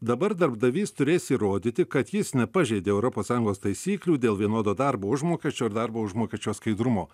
dabar darbdavys turės įrodyti kad jis nepažeidė europos sąjungos taisyklių dėl vienodo darbo užmokesčio ir darbo užmokesčio skaidrumo